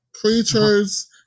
creatures